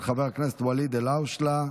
של חבר הכנסת ואליד אלהואשלה.